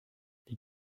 les